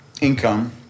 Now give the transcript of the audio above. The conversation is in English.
income